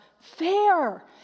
fair